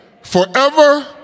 Forever